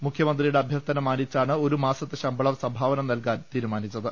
മുഖ്യമന്ത്രിയുടെ അഭ്യർത്ഥന മാനിച്ചാണ് ഒരു മാസത്തെ ശമ്പ ളം സംഭാവന നൽകാൻ തീരുമാനിച്ചത്